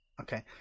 Okay